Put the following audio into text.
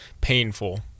painful